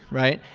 right?